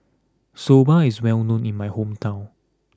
Soba is well known in my hometown